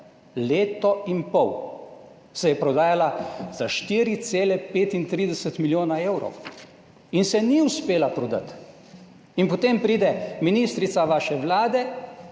Leto in pol se je prodajala za 4,35 milijona evrov in se ni uspela prodati. In potem pride ministrica vaše vlade